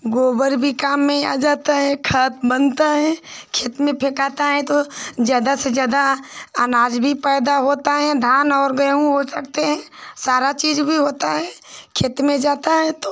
गोबर भी काम में आ जाता है खाद बनता है खेत में फेंकाता है तो ज़्यादा से ज़्यादा अनाज भी पैदा होता है धान और गेहूँ हो सकते हैं सारा चीज़ भी होता है खेत में जाता है तो